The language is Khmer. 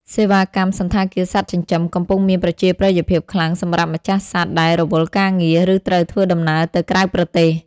សេវាកម្មសណ្ឋាគារសត្វចិញ្ចឹម កំពុងមានប្រជាប្រិយភាពខ្លាំងសម្រាប់ម្ចាស់សត្វដែលរវល់ការងារ ឬត្រូវធ្វើដំណើរទៅក្រៅប្រទេស។